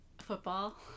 football